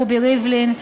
רובי ריבלין,